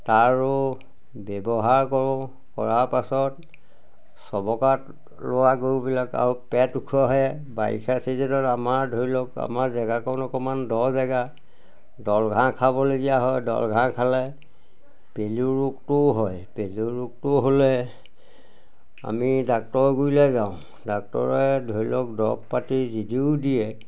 তাৰো ব্যৱহাৰ কৰোঁ কৰা পাছত চবকাত লোৱা গৰুবিলাক আৰু পেট ওখহে বাৰিষা চিজেনত আমাৰ ধৰি লওক আমাৰ জেগাকণ অকমান দ জেগা দল ঘাঁহ খাবলগীয়া হয় দলঘাঁহ খালে পেলুৰ ৰোগটোও হয় পেলুৰ ৰোগটো হ'লে আমি ডাক্টৰ গুৰিলৈ যাওঁ ডাক্টৰে ধৰি লওক দৰৱ পাতি যদিও দিয়ে